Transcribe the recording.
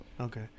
Okay